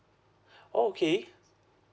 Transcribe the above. okay